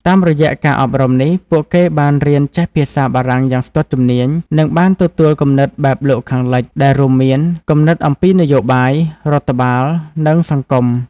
តាមរយៈការអប់រំនេះ ពួកគេបានរៀនចេះភាសាបារាំងយ៉ាងស្ទាត់ជំនាញ និងបានទទួលគំនិតបែបលោកខាងលិច ដែលរួមមានគំនិតអំពីនយោបាយ រដ្ឋបាល និងសង្គម។